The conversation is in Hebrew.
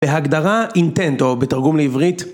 בהגדרה, "אינטנט", או בתרגום לעברית...